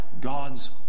God's